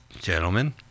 Gentlemen